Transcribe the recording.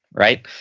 right?